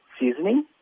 seasoning